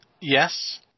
Yes